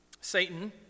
Satan